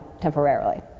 temporarily